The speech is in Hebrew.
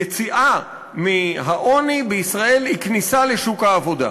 ליציאה מהעוני בישראל הוא כניסה לשוק העבודה.